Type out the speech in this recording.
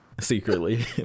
secretly